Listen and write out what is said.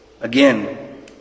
Again